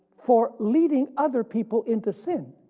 for leading other people into sin.